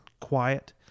Quiet